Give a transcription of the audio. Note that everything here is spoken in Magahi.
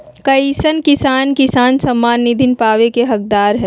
कईसन किसान किसान सम्मान निधि पावे के हकदार हय?